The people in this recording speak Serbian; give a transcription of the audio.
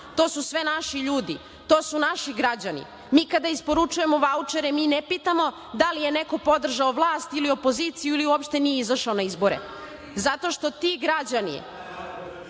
To su sve naši ljudi. To su naši građani. Mi kada isporučujemo vaučere mi ne pitamo da li je neko podržao vlast ili opoziciju ili uopšte nije izašao na izbore, zato što ti građani…(Biljana